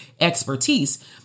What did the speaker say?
expertise